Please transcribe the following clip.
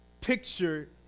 picture